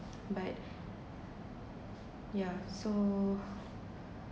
but yeah so